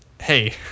hey